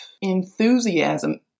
enthusiasm